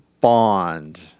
Bond